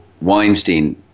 Weinstein